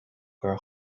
gur